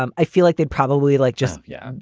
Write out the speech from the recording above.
um i feel like they'd probably like just. yeah.